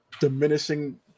diminishing